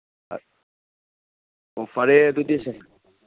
ꯑ ꯑꯣ ꯐꯔꯦ ꯑꯗꯨꯗꯤ ꯁꯦ